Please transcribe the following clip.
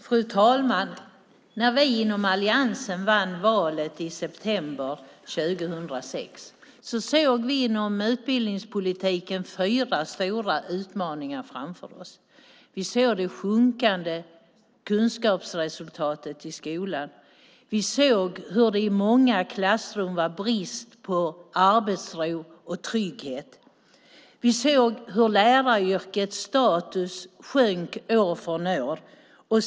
Fru talman! När vi inom alliansen vann valet i september 2006 såg vi inom utbildningspolitiken fyra stora utmaningar framför oss. Vi såg det sjunkande kunskapsresultatet i skolan. Vi såg hur det i många klassrum var brist på arbetsro och trygghet. Vi såg hur läraryrkets status sjönk år från år.